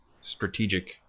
strategic